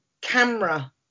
camera